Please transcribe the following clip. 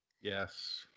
Yes